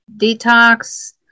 detox